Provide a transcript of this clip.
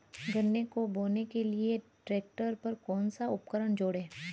गन्ने को बोने के लिये ट्रैक्टर पर कौन सा उपकरण जोड़ें?